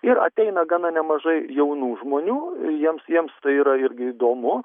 ir ateina gana nemažai jaunų žmonių jiems jiems tai yra irgi įdomu